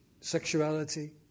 sexuality